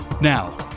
now